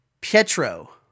Pietro